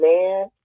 man